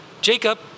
Jacob